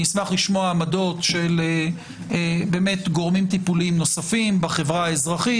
אני אשמח לשמוע עמדות של גורמים טיפוליים נוספים בחברה האזרחית,